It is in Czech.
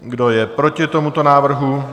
Kdo je proti tomuto návrhu?